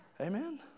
Amen